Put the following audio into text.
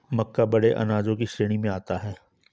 मक्का बड़े अनाजों की श्रेणी में आता है